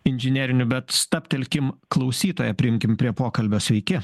inžinerinių bet stabtelkim klausytoją priimkim prie pokalbio sveiki